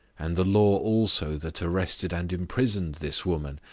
and the law also that arrested and imprisoned this woman,